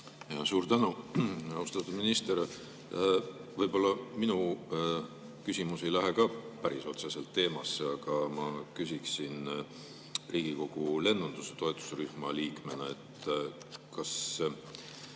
Suur tänu! Austatud minister! Võib-olla minu küsimus ei lähe ka päris otseselt teemasse, ma küsin Riigikogu lennunduse toetusrühma liikmena. Meil